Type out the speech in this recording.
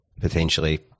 potentially